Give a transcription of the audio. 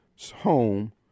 home